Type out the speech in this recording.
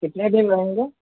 کتنے دن رہیں گے